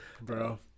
Bro